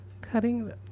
cutting